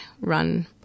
run